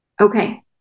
Okay